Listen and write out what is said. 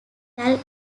cal